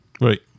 right